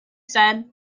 said